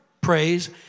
praise